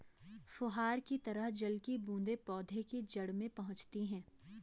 फुहार की तरह जल की बूंदें पौधे के जड़ में पहुंचती है